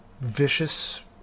vicious